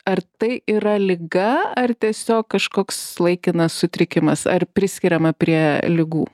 ar tai yra liga ar tiesiog kažkoks laikinas sutrikimas ar priskiriama prie ligų